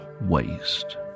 waste